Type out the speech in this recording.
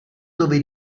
dove